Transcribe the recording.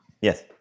Yes